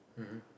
mmhmm